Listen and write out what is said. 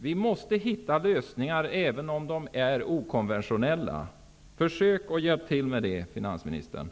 Vi måste hitta lösningar, även okonventionella. Försök att hjälpa till med det, finansministern!